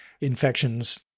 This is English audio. infections